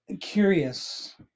curious